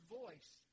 voice